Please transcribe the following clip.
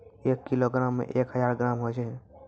एक किलोग्रामो मे एक हजार ग्राम होय छै